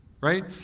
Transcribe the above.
Right